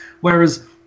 Whereas